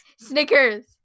Snickers